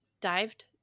dived